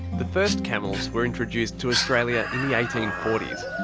the first camels were introduced to australia in the eighteen forty s,